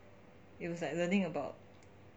it was like learning about